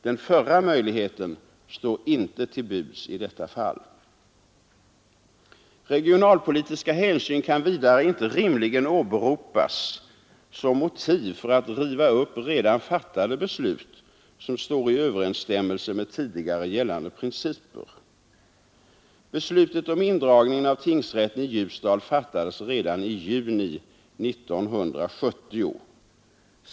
Den förra möjligheten står inte till buds i detta fall. Regionalpolitiska hänsyn kan vidare inte rimligen åberopas som motiv för att riva upp redan fattade beslut som står i överensstämmelse med tidigare gällande principer. Beslutet om indragning av tingsrätten i Ljusdal fattades redan i juni 1970.